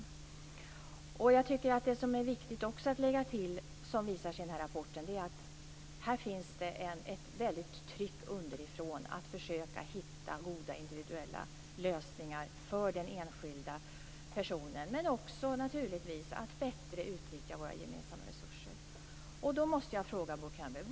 En annan sak som framkommer i denna rapport och som jag också tycker är viktig att lägga till är att det i detta sammanhang finns ett stort tryck underifrån att försöka hitta goda individuella lösningar för den enskilda personen men också naturligtvis att bättre utnyttja våra gemensamma resurser.